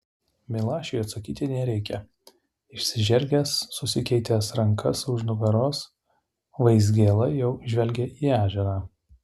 milašiui atsakyti nereikia išsižergęs susikeitęs rankas už nugaros vaizgėla jau žvelgia į ežerą